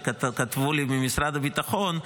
שכתבו לי ממשרד הביטחון,